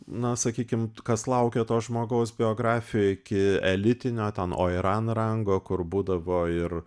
na sakykim kas laukia to žmogaus biografijoj iki elitinio ten oiran rango kur būdavo ir